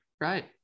Right